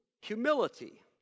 humility